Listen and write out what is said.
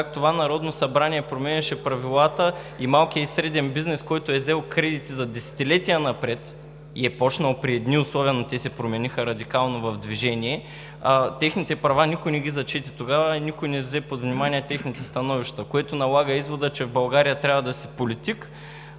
как това Народно събрание променяше правилата и малкият, и средният бизнес, е взел кредити за десетилетия напред и е почнал при едни условия – но те радикално се промениха в движение, техните права никой не ги затича. Тогава никой не взе под внимание техните становища. Това налага извода, че в България трябва да си политик,